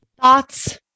Thoughts